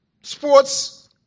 sports